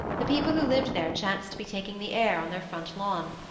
the people who lived there chanced to be taking the air on their front lawn.